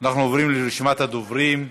אנחנו עוברים לרשימת הדוברים.